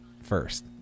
first